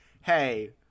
Hey